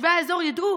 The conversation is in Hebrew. שתושבי האזור ידעו,